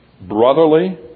brotherly